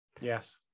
Yes